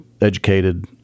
educated